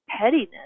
pettiness